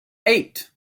eight